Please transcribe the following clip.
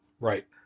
Right